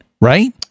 right